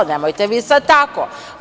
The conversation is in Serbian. Nemojte vi sad tako.